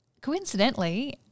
coincidentally